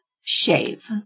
Shave